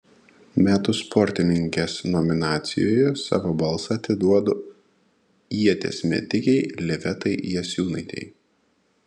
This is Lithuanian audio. metų sportininkės nominacijoje savo balsą atiduodu ieties metikei livetai jasiūnaitei